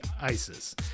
ISIS